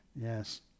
Yes